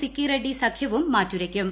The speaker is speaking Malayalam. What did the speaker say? സിക്കി റെഡ്നി സഖ്യവും മാറ്റുരയ്ക്കും